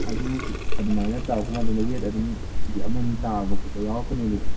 ꯑꯗꯨ ꯑꯗꯨꯃꯥꯏꯅ ꯇꯧꯔꯛꯄ ꯃꯇꯝꯗ ꯋꯦꯠ ꯑꯗꯨꯝ ꯀꯦ ꯖꯤ ꯑꯃꯅꯤ ꯇꯥꯕ ꯈꯣꯠꯄ ꯌꯥꯎꯔꯛꯀꯅꯦꯕꯀꯣ